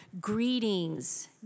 Greetings